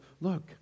look